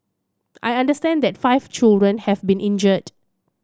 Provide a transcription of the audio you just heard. I understand that five children have been injured